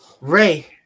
Ray